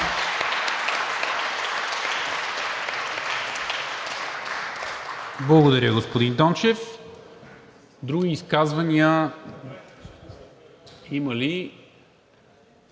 Благодаря, господин Дончев. Други изказвания има ли